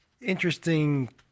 interesting